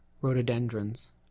rhododendrons